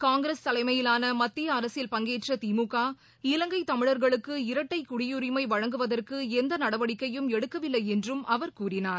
காங்கிரஸ் தலைமையிலானமத்தியஅரசில் பங்கேற்றதிமுக இலங்கைதமிழர்களுக்கு இரட்டைகுடியுரிஸமவழங்குவதற்குஎந்தநடவடிக்கையும் எடுக்கவில்லைஎன்றும் அவர் கூறினார்